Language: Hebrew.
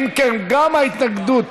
אם כן, גם ההתנגדות,